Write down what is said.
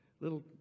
little